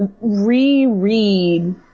reread